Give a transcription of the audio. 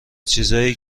چیزایی